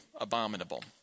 abominable